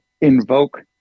invoke